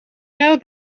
know